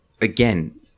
again